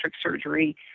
surgery